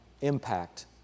impact